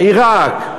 עיראק,